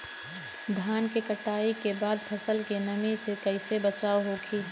धान के कटाई के बाद फसल के नमी से कइसे बचाव होखि?